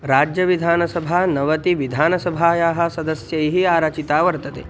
राज्यविधानसभा नवति विधानसभायाः सदस्यैः आरचिता वर्तते